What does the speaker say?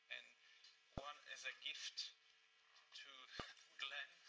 and one as a gift to glenn.